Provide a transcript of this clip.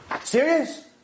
Serious